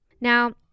Now